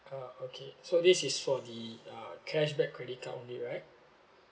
uh okay so this is for the uh cashback credit card only right